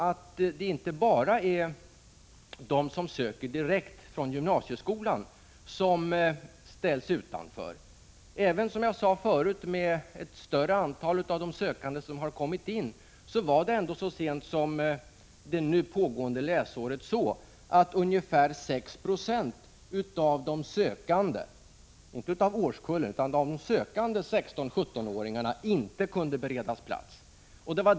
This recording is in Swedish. Det är ju inte bara de som söker direkt till gymnasieskolan som ställs utanför. Även om ett större antal sökande, som jag sade förut, kommit in, har det så sent som detta läsår varit så, att ungefär 6 Zo av de sökande 16—17-åringarna — inte av årskullen — inte kunnat beredas plats i gymnasieskolan.